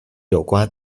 有关